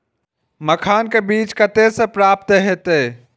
मखान के बीज कते से प्राप्त हैते?